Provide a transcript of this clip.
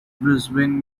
brisbane